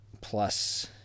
plus